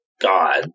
god